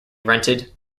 rented